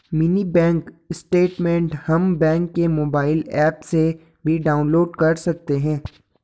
mini bank statement हम bank के mobile app से भी डाउनलोड कर सकते है